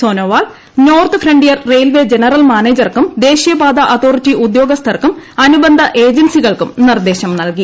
Sonowal North Frontier Railway general മാനേജർക്കും ദേശീയ പാതാ അതോറിറ്റി ഉദ്യോഗസ്ഥർക്കും അനുബന്ധ ഏജൻസികൾക്കും നിർദ്ദേശം നൽകി